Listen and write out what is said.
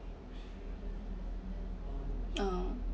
uh